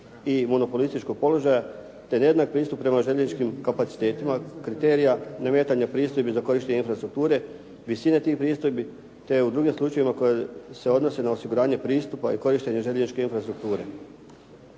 i monopolističkog položaja te .../Govornik se ne razumije./... pristup prema željezničkim kapacitetima, kriterija, nametanja pristojbi za korištenje infrastrukture, visine tih pristojbi te u drugim slučajevima koji se odnose na osiguranje pristupa i korištenje željezničke infrastrukture.